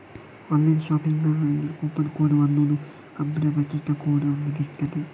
online ಶಾಪಿಂಗಿನಲ್ಲಿ coupon code ಅನ್ನುದು computer ರಚಿತ ಕೋಡ್ ಆಗಿರ್ತದೆ